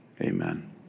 amen